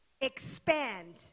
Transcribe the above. expand